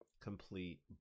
complete